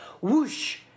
Whoosh